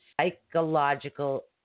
psychological